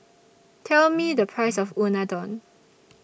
Tell Me The Price of Unadon